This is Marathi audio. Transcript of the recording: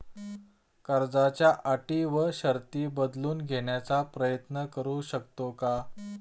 कर्जाच्या अटी व शर्ती बदलून घेण्याचा प्रयत्न करू शकतो का?